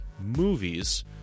movies